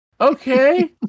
Okay